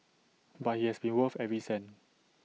but IT has been worth every cent